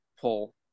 pull